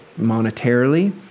monetarily